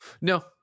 no